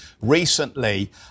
recently